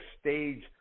stage